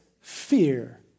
fear